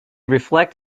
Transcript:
reflect